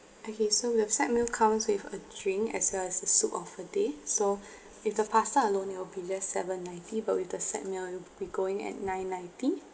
okay so we have set meal comes with a drink as well as the soup of a day so if the pasta alone it'll be just seven-ninety but with the set meal it'll be going at nine-ninety